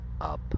up